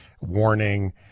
warning